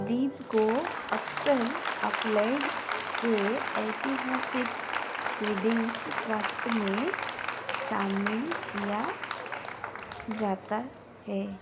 द्वीप को अक्सर अपलैड के ऐतिहासिक स्वीडिस प्रांत में शामिल किया जाता है